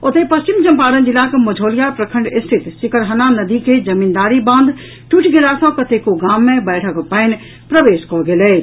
ओतहि पश्चिम चंपारण जिलाक मझौलिया प्रखंड स्थित सिकरहना नदी के जमींदारी बांध टूटि गेला सँ कतेको गाम मे बाढ़िक पानि प्रवेश कऽ गेल अछि